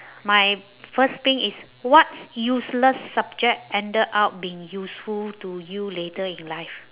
my first pink is what useless subject ended up being useful to you later in life